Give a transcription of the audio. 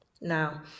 now